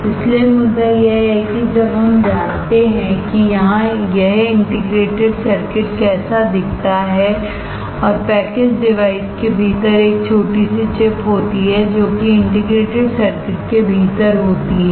इसलिए मुद्दा यह है कि जब हम जानते हैं कि यह इंटीग्रेटेड सर्किट कैसा दिखता है और पैकेज डिवाइस के भीतर एक छोटी सी चिप होती है जो कि इंटीग्रेटेड सर्किट के भीतर होती है